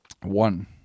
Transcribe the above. One